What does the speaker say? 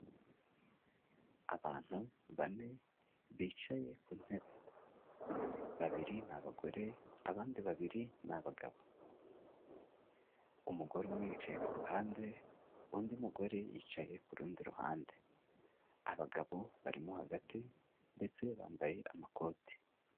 Abantu bane bicaye ku ntebe babiri abandi babiri, umugabo n'umugore umwe yicaye ku ruhande, undi mugore yicaye ku rundi ruhande abagabo barimo hagati ndetse bambaye amakoti.